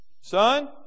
Son